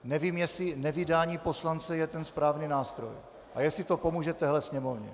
Nevím, jestli nevydání poslance je ten správný nástroj a jestli to pomůže této Sněmovně.